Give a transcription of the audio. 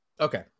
Okay